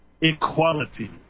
equality